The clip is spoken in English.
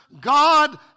God